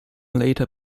later